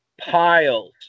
piles